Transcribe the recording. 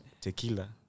tequila